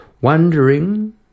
Wondering